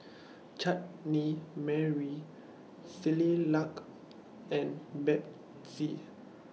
Chutney Mary Similac and Betsy